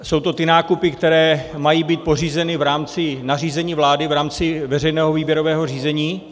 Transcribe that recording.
Jsou to ty nákupy, které mají být pořízeny v rámci nařízení vlády v rámci veřejného výběrového řízení.